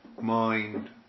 mind